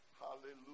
Hallelujah